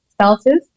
Celsius